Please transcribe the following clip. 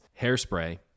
hairspray